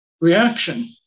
reaction